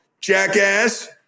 jackass